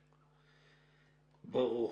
ברור.